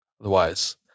Otherwise